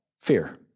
Fear